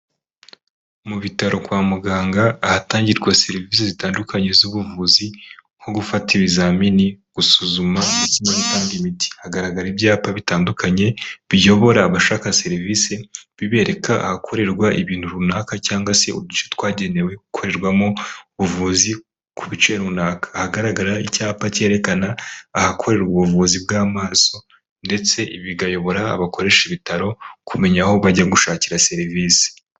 Mu bitaro kwa muganga ahatangirwa serivisi zitandukanye z'ubuvuzi nko gufata ibizamini, gusuzuma, gutanga imiti, hagaragara ibyapa bitandukanye biyobora abashaka serivisi bibereka ahakorerwa ibintu runaka cyangwa se uduce twagenewe gukorerwamo ubuvuzi ku bice runaka. Ahagaragara icyapa cyerekana ahakorerwa ubuvuzi bw'amaso ndetse bikayobora abakoresha ibitaro kumenya aho bajya gushakira serivisi.